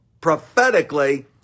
prophetically